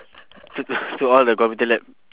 t~ to all the computer lab